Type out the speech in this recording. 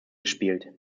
gespielt